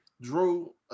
Drew